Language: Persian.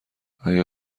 اگه